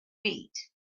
eat